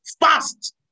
Fast